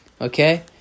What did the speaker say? Okay